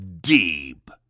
Deep